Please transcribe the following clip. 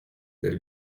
del